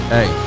Hey